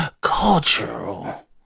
cultural